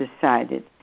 decided